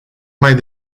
mai